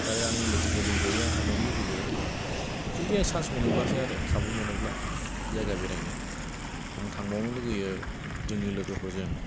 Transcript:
आरो आंनि लोगोफोर ज'यै आं थांबावनो लुगैयो जुदि आं सान्स मोनोब्लासो आरो खाबु मोनोब्ला जायगा बेरायनो आं थांबावनो लुगैयो जोंनि लोगोफोरजों